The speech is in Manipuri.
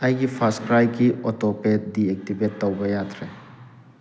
ꯑꯩꯒꯤ ꯐꯥꯔꯁꯀ꯭ꯔꯥꯏꯒꯤ ꯑꯣꯇꯣꯄꯦ ꯗꯤꯑꯦꯛꯇꯤꯕꯦꯠ ꯇꯧꯕ ꯌꯥꯗ꯭ꯔꯦ